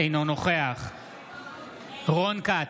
אינו נוכח רון כץ,